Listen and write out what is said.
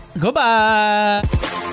goodbye